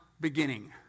beginning